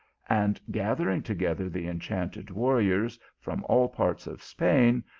and gathering together the enchanted warriors from all parts of spain,